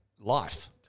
Life